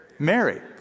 Mary